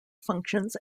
functions